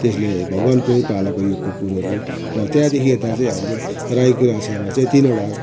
त्यसले भगवानकै पालाको युगको कुरोहरू र त्यहाँदेखि यता चाहिँ हाम्रो राईको भान्सामा चाहिँ तिनवटा